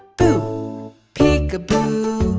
boo peekaboo,